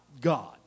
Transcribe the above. God